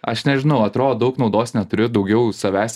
aš nežinau atrodo daug naudos neturiu daugiau savęs